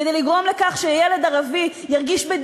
כדי לגרום לכך שילד ערבי ירגיש ישראלי